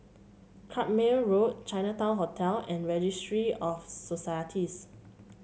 Carpmael Road Chinatown Hotel and Registry of Societies